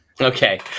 Okay